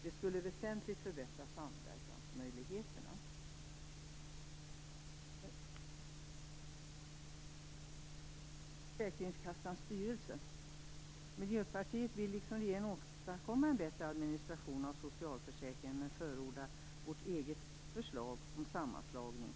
Det skulle väsentligt förbättra samverkansmöjligheterna. Jag kommer så till försäkringskassans styrelse. Miljöpartiet vill liksom regeringen åstadkomma en bättre administration av socialförsäkringen men förordar vårt eget förslag om sammanslagning.